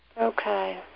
Okay